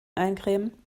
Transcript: eincremen